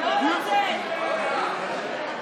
איתן,